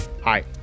hi